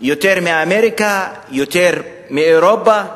יותר מאמריקה, יותר מאירופה,